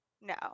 no